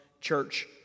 church